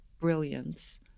brilliance